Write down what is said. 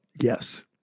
yes